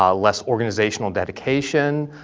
ah less organizational dedication,